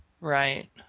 Right